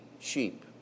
sheep